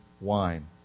wine